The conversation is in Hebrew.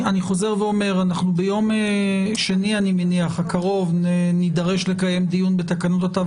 אני חוזר ואומר שביום שני הקרוב נידרש לקיים דיון בתקנות התו